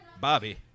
Bobby